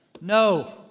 No